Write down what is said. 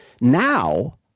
Now